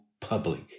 public